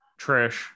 Trish